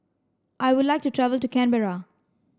I would like to travel to Canberra